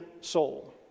soul